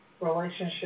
relationship